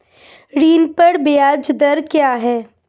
ऋण पर ब्याज दर क्या है?